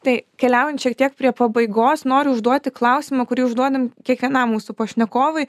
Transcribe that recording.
tai keliaujant šiek tiek prie pabaigos noriu užduoti klausimą kurį užduodam kiekvienam mūsų pašnekovui